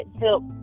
help